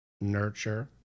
nurture